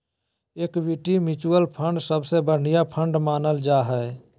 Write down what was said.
equity mutual fund सबसे बढ़िया fund मानल जा हय